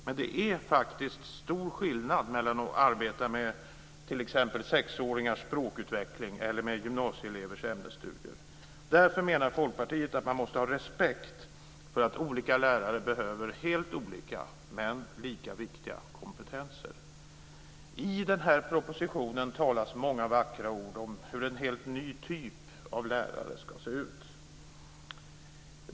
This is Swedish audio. Men det är stor skillnad mellan att arbeta med t.ex. sexåringars språkutveckling och med gymnasieelevers ämnesstudier. Därför menar Folkpartiet att man måste ha respekt för att olika lärare behöver helt olika, men lika viktiga, kompetenser. I den här propositionen sägs många vackra ord om hur en helt ny typ av lärare ska se ut.